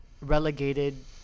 relegated